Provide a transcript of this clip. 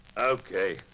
okay